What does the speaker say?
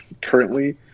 currently